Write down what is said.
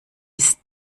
ist